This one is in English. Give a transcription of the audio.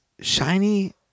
shiny